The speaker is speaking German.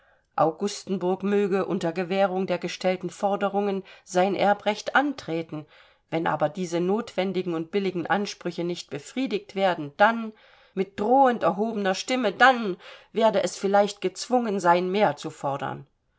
augustenburg möge unter gewährung der gestellten forderungen sein erbrecht antreten wenn aber diese notwendigen und billigen ansprüche nicht befriedigt werden dann mit drohend erhobener stimme dann werde es vielleicht gezwungen sein mehr zu fordern